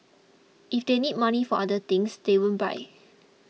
if they need money for other things they won't buy